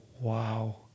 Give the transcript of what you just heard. wow